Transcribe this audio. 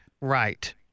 right